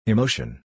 Emotion